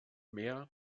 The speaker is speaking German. mehr